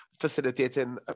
facilitating